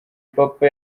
papa